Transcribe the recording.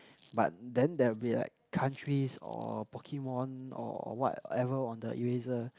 but then there'll be like countries or Pokemon or whatever on the eraser